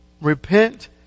Repent